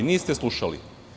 Niste slušali.